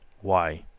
why,